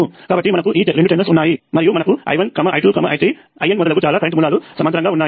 కాబట్టి మనకు ఈ రెండు టెర్మినల్స్ ఉన్నాయి మరియు మనకు I1 I2 I3 IN మొదలగు చాలా కరెంట్ మూలాలు సమాంతరంగా ఉన్నాయి